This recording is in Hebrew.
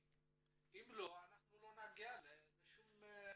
אם לא, אנחנו לא נגיע לשום מקום.